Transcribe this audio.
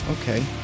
okay